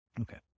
Okay